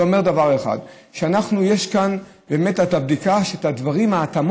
זה אומר דבר אחד: יש כאן את הבדיקה שאת ההתאמות